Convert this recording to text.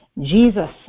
Jesus